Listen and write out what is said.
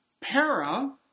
Para